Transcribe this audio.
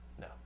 No